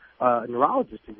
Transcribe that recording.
neurologist